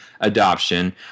adoption